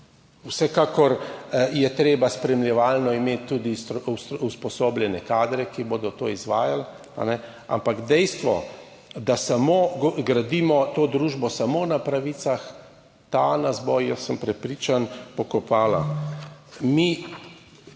Vsekakor je treba spremljevalno imeti tudi usposobljene kadre, ki bodo to izvajali, ampak dejstvo, da gradimo to družbo samo na pravicah, ta nas bo, jaz sem prepričan, pokopala.